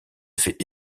fait